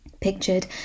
Pictured